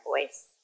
voice